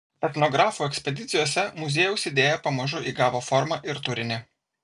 etnografų ekspedicijose muziejaus idėja pamažu įgavo formą ir turinį